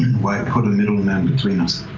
why put a middle man between us?